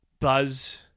buzz